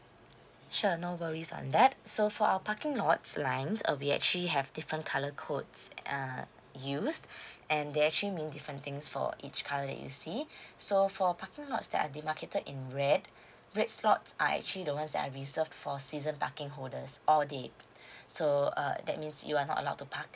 sure no worries on that so for our parking lots lines uh we actually have different colour codes err used and they actually mean different things for each colour that you see so for parking lots that are demarcated in red red slots are actually the ones that are reserved for season parking holders all day so uh that means you are not allowed to park